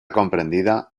comprendida